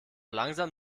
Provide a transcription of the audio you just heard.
langsam